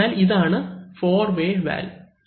അതിനാൽ ഇതാണ് four way valve